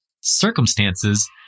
circumstances